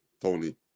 tony